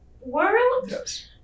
world